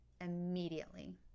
immediately